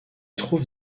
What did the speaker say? trouve